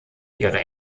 ihre